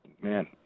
man